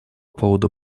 поводу